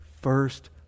first